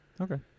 Okay